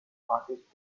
artistic